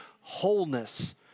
wholeness